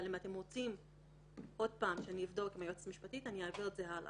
אבל גם אתה לא רואה את זה כמשהו רציף,